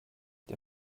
der